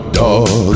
dog